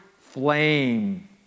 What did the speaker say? flame